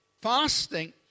Fasting